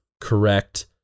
correct